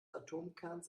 atomkerns